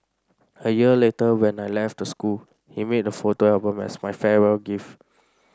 a year later when I left the school he made a photo album as my farewell gift